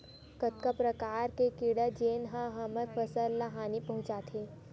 कतका प्रकार के कीड़ा जेन ह हमर फसल ल हानि पहुंचाथे?